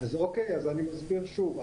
אז אני מסביר שוב,